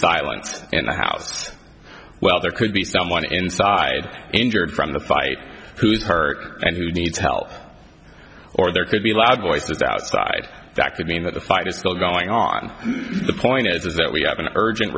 silence in the house well there could be someone inside injured from the fight who's hurt and who needs help or there could be loud voices outside that could mean that the fight is still going on the point is is that we have an urgent